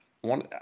One